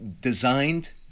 designed